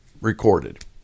recorded